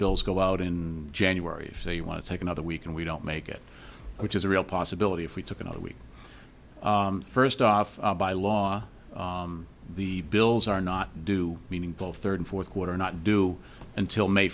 bills go out in january if say you want to take another week and we don't make it which is a real possibility if we took another week first off by law the bills are not due meaningful third fourth quarter not due until may